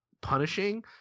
punishing